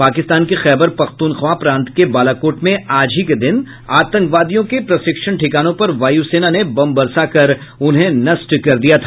पाकिस्तान के खैबर पख्तूनख्वा प्रांत के बालाकोट में आज ही के दिन आतंकवादियों के प्रशिक्षण ठिकानों पर वायुसेना ने बम बरसाकर उन्हें नष्ट कर दिया था